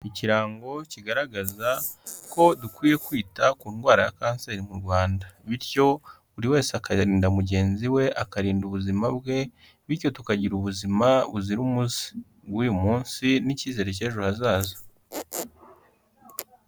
Ikirango kigaragaza ko dukwiye kwita ku ndwara ya kanseri mu Rwanda bityo buri wese akarinda mugenzi we, akarinda ubuzima bwe, bityo tukagira ubuzima buzira umuze bw'uyu munsi n'icyizere cy'ejo hazaza.